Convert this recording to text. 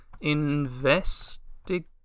Investigate